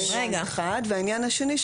העניין השני,